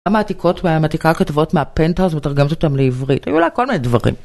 המעתיקות היתה מעתיקה כתבות מהפנטהאוז, ומתרגמת אותן לעברית, היו לה כל מיני דברים.